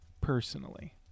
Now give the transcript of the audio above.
personally